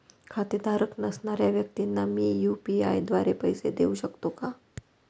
खातेधारक नसणाऱ्या व्यक्तींना मी यू.पी.आय द्वारे पैसे देऊ शकतो का?